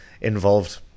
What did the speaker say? involved